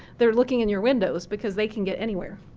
they're looking in your windows because they can get anywhere,